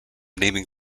naming